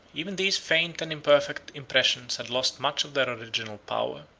even these faint and imperfect impressions had lost much of their original power.